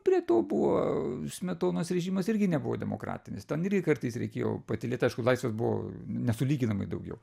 prie to buvo smetonos režimas irgi nebuvo demokratinis ten irgi kartais reikėjo patylėt aišku laisvės buvo nesulyginamai daugiau